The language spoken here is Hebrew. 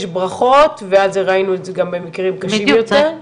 ברכות ועד זה ראינו את זה גם במקרים קשים יותר.